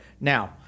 Now